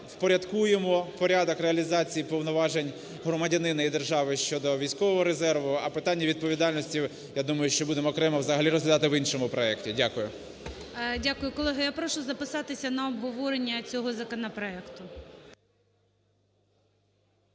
впорядкуємо порядок реалізації повноважень громадянина і держави щодо військового резерву, а питання відповідальності, я думаю, що будемо окремо взагалі розглядати в іншому проекті. Дякую. ГОЛОВУЮЧИЙ. Дякую. Колеги, я прошу записатися на обговорення цього законопроекту.